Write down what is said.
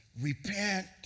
repent